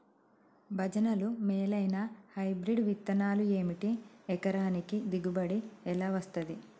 భజనలు మేలైనా హైబ్రిడ్ విత్తనాలు ఏమిటి? ఎకరానికి దిగుబడి ఎలా వస్తది?